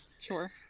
Sure